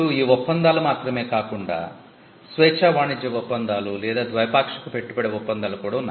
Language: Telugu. ఈ ఒప్పందాలు మాత్రమే కాకుండా స్వేచ్ఛా వాణిజ్య ఒప్పందాలు లేదా ద్వైపాక్షిక పెట్టుబడి ఒప్పందాలు కూడా ఉన్నాయి